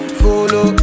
follow